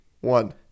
one